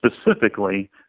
specifically